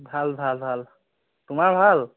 ভাল ভাল ভাল তোমাৰ ভাল